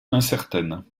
incertaine